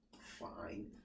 fine